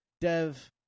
dev